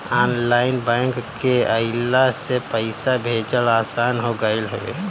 online bank के अइला से पईसा भेजल आसान हो गईल हवे